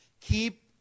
Keep